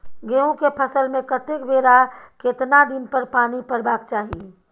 गेहूं के फसल मे कतेक बेर आ केतना दिन पर पानी परबाक चाही?